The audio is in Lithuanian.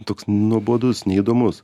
toks nuobodus neįdomus